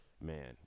Man